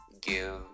give